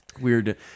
weird